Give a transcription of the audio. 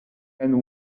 and